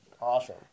Awesome